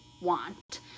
want